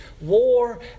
War